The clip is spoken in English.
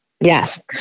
Yes